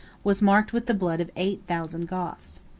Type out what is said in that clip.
was marked with the blood of eight thousand goths.